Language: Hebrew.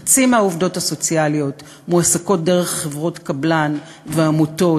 חצי מהעובדות הסוציאליות מועסקות דרך חברות קבלן ועמותות,